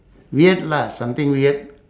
weird lah something weird